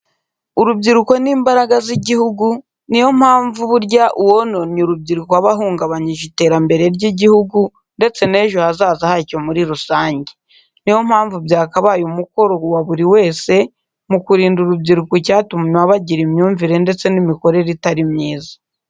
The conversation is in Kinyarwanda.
Urubyiruko ni imbaraga z'igihugu, niyo mpamvu burya uwononnye urubyiruko aba ahungabanyije iterambere ry'igihugu ndetse n'ejo hazaza hacyo muri rusange. Niyo mpamvu byakabaye umukori wa buri wese mu kurinda urubyiruko icyatuma bagira imyumvire ndetse n'imikorere itari myiza.